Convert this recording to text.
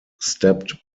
stepped